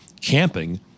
camping